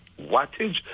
wattage